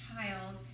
child